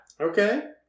Okay